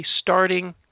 starting